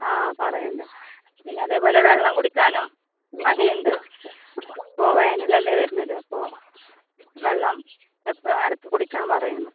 ആ പറയേണ്ട പിന്നെ അതേപോലെ വെള്ളം കുടിക്കാനും മടിയുണ്ട് ഇപ്പോൾ വേനലല്ലേ വരുന്നത് അപ്പോൾ വെള്ളം എപ്പോഴും ഇടയ്ക്ക് കുടിക്കാൻ പറയണം